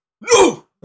no